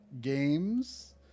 games